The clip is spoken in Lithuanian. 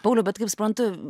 pauliau bet kaip suprantu